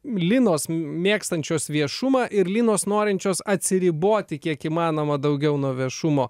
linos mėgstančios viešumą ir linos norinčios atsiriboti kiek įmanoma daugiau nuo viešumo